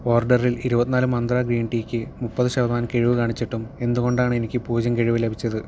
ഓർഡറിൽ ഇരുപത്തിനാല് മന്ത്ര ഗ്രീൻ ടീയ്ക്ക് മുപ്പത് ശതമാനം കിഴിവ് കാണിച്ചിട്ടും എന്തുകൊണ്ടാണ് എനിക്ക് പൂജ്യം കിഴിവ് ലഭിച്ചത്